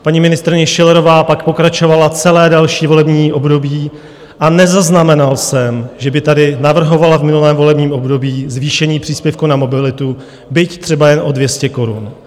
Paní ministryně Schillerová pak pokračovala celé další volební období a nezaznamenal jsem, že by tady navrhovala v minulém volebním období zvýšení příspěvku na mobilitu, byť třeba jen o 200 korun.